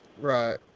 Right